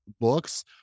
books